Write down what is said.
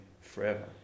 forever